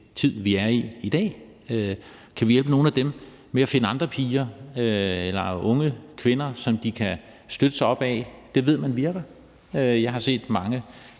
tid, vi er i i dag. Kan vi hjælpe nogle af dem med at finde andre piger eller unge kvinder, som de kan støtte sig op ad, for det ved man virker? Jeg har set mange